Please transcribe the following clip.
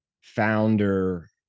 founder